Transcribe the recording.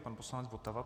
Pan poslanec Votava.